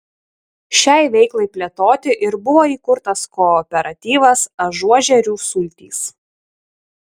šiai veiklai plėtoti ir buvo įkurtas kooperatyvas ažuožerių sultys